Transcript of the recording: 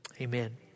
Amen